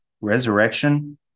resurrection